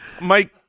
Mike